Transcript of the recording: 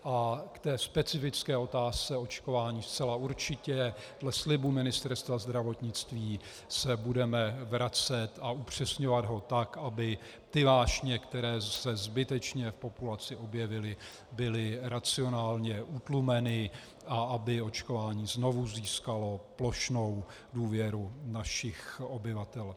K té specifické otázce očkování zcela určitě dle slibu Ministerstva zdravotnictví se budeme vracet a upřesňovat ho tak, aby vášně, které se zbytečně v populaci objevily, byly racionálně utlumeny a aby očkování znovu získalo plošnou důvěru našich obyvatel.